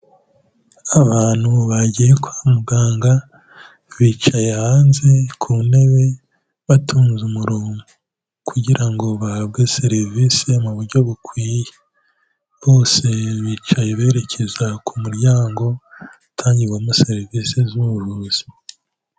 Abantu bagiye kwa muganga bicaye hanze ku ntebe batunze umurongo, kugira ngo bahabwe serivisi mu buryo bukwiye, bose bicaye berekeza ku muryango utangirwamo serivisi z'ubuvuzi.